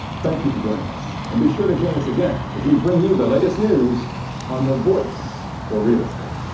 thank you for joining us and be sure to join us again as we bring you the latest news on the voice for real estate.